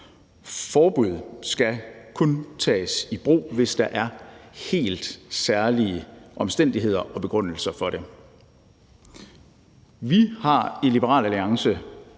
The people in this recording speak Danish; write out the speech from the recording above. Forbud skal kun tages i brug, hvis der er helt særlige omstændigheder og begrundelser for dem. Vi har i Liberal Alliance